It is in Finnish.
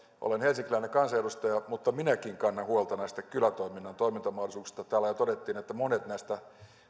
olen helsinkiläinen kansanedustaja mutta minäkin kannan huolta kylätoiminnan toimintamahdollisuuksista täällä jo todettiin että monia näistä